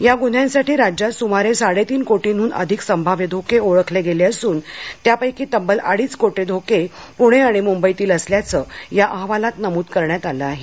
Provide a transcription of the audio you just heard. या गुन्ह्यांसाठी राज्यात सुमारे साडेतीन कोटींहून अधिक संभाव्य धोके ओळखले गेले असून त्यापैकी तब्बल अडीच कोटी धोके पुणे आणि मुंबईतील असल्याचं या अहवालात नमूद करण्यात आलं आहे